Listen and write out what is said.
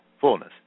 fullness